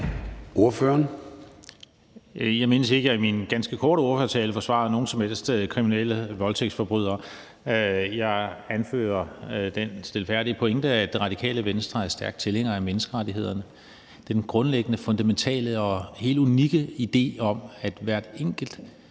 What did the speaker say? Bach (RV): Jeg mindes ikke, at jeg i min ganske korte ordførertale forsvarede nogen som helst kriminelle voldtægtsforbrydere. Jeg anførte den stilfærdige pointe, at Radikale Venstre er stærke tilhængere af menneskerettighederne. Det er den grundlæggende, fundamentale og helt unikke idé om, at hvert eneste